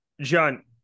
John